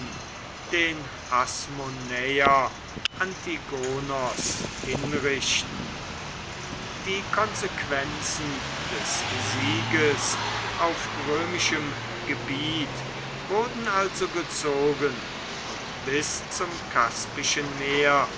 den hasmonäer antigonos hinrichten die konsequenzen des sieges auf römischem gebiet wurden also gezogen und bis zum kaspischen meer